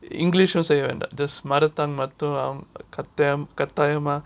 english செய்ய வேண்டாம்:seyya vendam just mother tongue மட்டும் கட்டாயம் கட்டாயமா:mattum kattayam kattayama